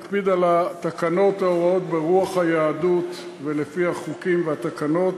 אנחנו נקפיד על התקנות או ההוראות ברוח היהדות ולפי החוקים והתקנות.